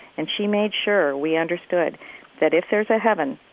and she made sure we understood that if there's a heaven,